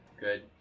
Good